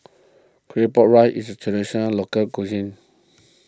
Claypot Rice is a Traditional Local Cuisine